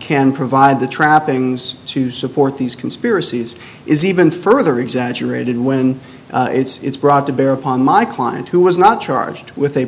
can provide the trappings to support these conspiracies is even further exaggerated when it's brought to bear upon my client who was not charged with a